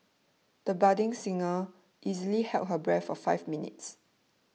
the budding singer easily held her breath for five minutes